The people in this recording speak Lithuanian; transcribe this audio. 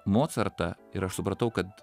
mocartą ir aš supratau kad